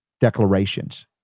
declarations